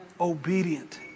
obedient